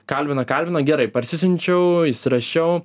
kalbina kalbina gerai parsisiunčiau įsirašiau